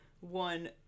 one